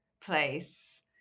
place